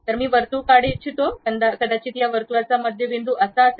मंडळ मी काढू इच्छितो कदाचित त्या वर्तुळाचा मध्यबिंदू असा आहे